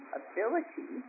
ability